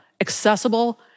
accessible